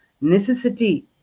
necessity